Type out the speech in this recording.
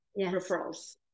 referrals